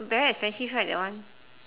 very expensive right that one